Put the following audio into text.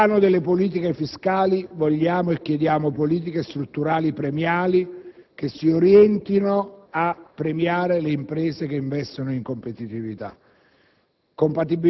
Sul piano delle politiche fiscali, vogliamo e chiediamo politiche strutturali premiali, che si orientino a incentivare le imprese che investono in competitività.